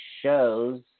shows